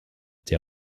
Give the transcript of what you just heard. der